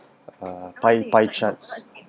uh pie pie charts